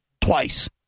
twice